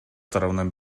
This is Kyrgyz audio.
тарабынан